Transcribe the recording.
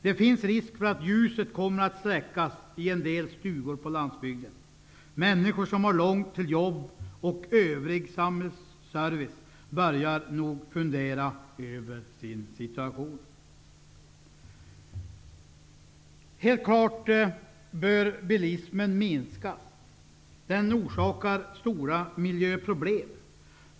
Det finns risk för att ljuset kommer att släckas i en del stugor på landsbygden. Människor som har långt till sina jobb och övrig samhällsservice börjar nog att fundera över sin situation. Det är helt klart att bilismen bör minskas, eftersom den orsakar stora miljöproblem.